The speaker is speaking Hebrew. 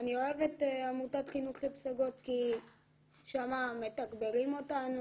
אני אוהב את עמותת חינוך לפסגות כי שם מתגברים אותנו,